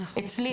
אצלי,